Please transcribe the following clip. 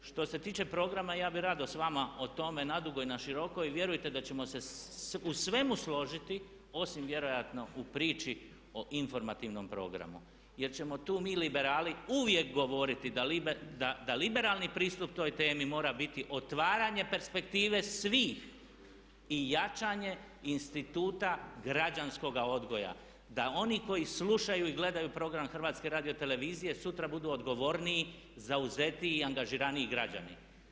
Što se tiče programa ja bih rado s vama o tome nadugo i naširoko i vjerujte da ćemo se u svemu složiti osim vjerojatno u priči o Informativnom programu jer ćemo tu mi liberali uvijek govoriti da liberalni pristup toj temi mora biti otvaranje perspektive svih i jačanje instituta građanskoga odgoja da oni koji slušaju i gledaju program HRT-a sutra budu odgovorniji, zauzetiji i angažiraniji građani.